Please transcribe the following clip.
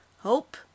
hope